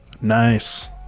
nice